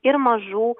ir mažų